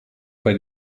bei